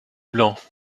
blanc